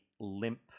limp